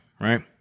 right